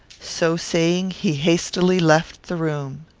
so saying, he hastily left the room.